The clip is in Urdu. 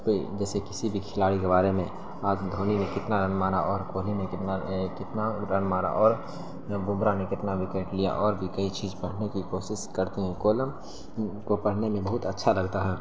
کوئی جیسے کسی بھی کھلاڑی کے بارے میں آج دھونی نے کتنا رن مارا اور کوہلی نے کتنا کتنا رن مارا اور بمرا نے کتنا وکٹ لیا اور بھی کئی چیز پڑھنے کی کوسس کرتے ہیں کالم کو پڑھنے میں بہت اچھا لگتا ہے